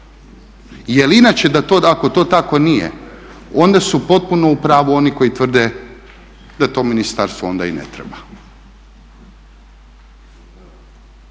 Jer inače ako to tako nije onda su potpuno u pravu oni koji tvrde da to ministarstvo onda i ne treba.